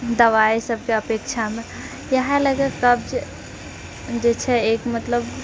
दबाइ सभके अपेक्षामे इएहए लएकऽ कब्ज जे छै एक मतलब